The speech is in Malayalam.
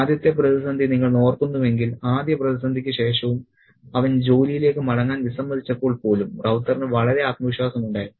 ആദ്യത്തെ പ്രതിസന്ധി നിങ്ങൾ ഓർക്കുന്നുവെങ്കിൽ ആദ്യ പ്രതിസന്ധിക്ക് ശേഷവും അവൻ ജോലിയിലേക്ക് മടങ്ങാൻ വിസമ്മതിച്ചപ്പോൾ പോലും റൌത്തറിന് വളരെ ആത്മവിശ്വാസമുണ്ടായിരുന്നു